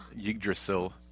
Yggdrasil